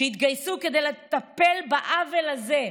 שיתגייסו כדי לטפל בעוול הזה.